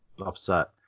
upset